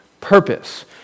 purpose